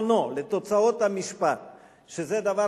ראו את זה וכולם יודעים את זה,